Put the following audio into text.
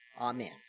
Amen